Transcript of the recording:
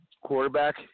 quarterback